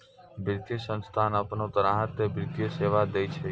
वित्तीय संस्थान आपनो ग्राहक के वित्तीय सेवा दैय छै